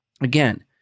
Again